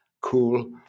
cool